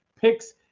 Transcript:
picks